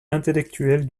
intellectuelle